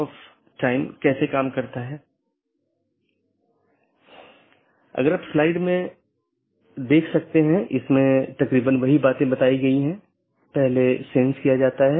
BGP निर्भर करता है IGP पर जो कि एक साथी का पता लगाने के लिए आंतरिक गेटवे प्रोटोकॉल है